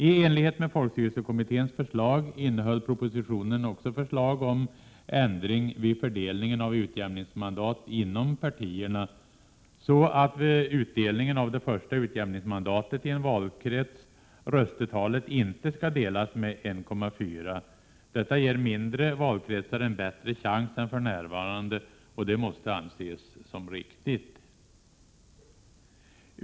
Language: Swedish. I enlighet med folkstyrelsekommitténs förslag innehöll propositionen också förslag om ändring vid fördelningen av utjämningsmandat inom partierna, så att vid utdelning av det första utjämningsmandatet i en valkrets röstetalet inte skall delas med 1,4. Detta ger mindre valkretsar en bättre chans än för närvarande och det måste anses som riktigt.